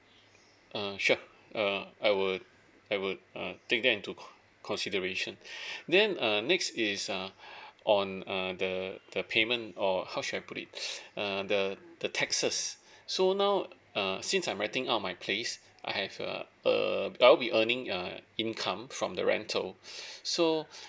err sure uh I would I would uh take that into con~ consideration then uh next is uh on uh the the payment or how should I put it uh the the taxes so now uh since I'm renting out my place I have uh a I'll be earning a income from the rental so